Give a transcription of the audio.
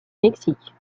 mexique